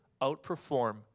outperform